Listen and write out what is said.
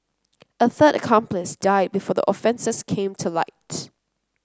a third accomplice died before the offences came to light